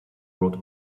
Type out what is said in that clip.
wrote